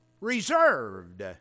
reserved